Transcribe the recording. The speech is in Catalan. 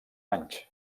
anys